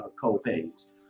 co-pays